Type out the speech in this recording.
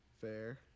Fair